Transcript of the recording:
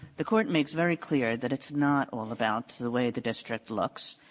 the court makes very clear that it's not all about the way the district looks,